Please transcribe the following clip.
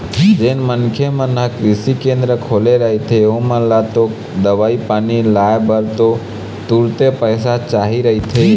जेन मनखे मन ह कृषि केंद्र खोले रहिथे ओमन ल तो दवई पानी लाय बर तो तुरते पइसा चाही रहिथे